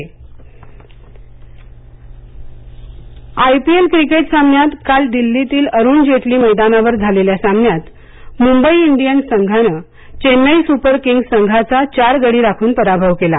I P L I P L cricket सामन्यांत काल दिल्लीतील अरुण जेटली मैदानावर झालेल्या सामन्यांत मुंबई इंडियन्स संघाने चेन्नई सुपर किंग्स संघाचा चार गडी राखून पराभव केला